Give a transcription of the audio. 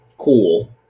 Cool